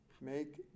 Make